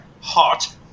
hot